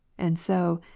and so,